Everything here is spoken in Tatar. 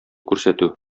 күрсәтү